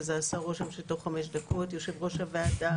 וזה עשה רושם שתוך חמש דקות יושב-ראש הוועדה